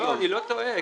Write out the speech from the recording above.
לא, אני לא טועה.